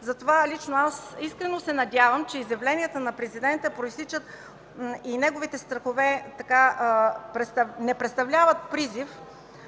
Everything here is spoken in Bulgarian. Затова лично аз искрено се надявам, че изявленията на Президента и неговите страхове не представляват призив